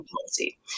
policy